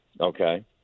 Okay